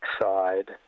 side